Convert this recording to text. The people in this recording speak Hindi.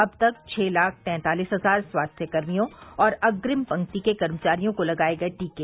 अब तक छः लाख तैंतालिस हजार स्वास्थ्यकर्मियों और अग्रिम पंक्ति के कर्मचारियों को लगाए गये टीके